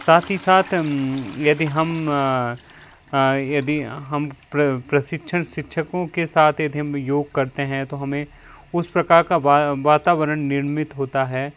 साथ साथ ही यदि हम यदि हम प्रशिक्षण शिक्षकों के साथ यदि हम योग करते हैं तो हमें उस प्रकार वातावरण निर्मित होता है